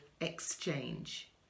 exchange